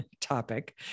topic